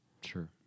Sure